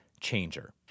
changer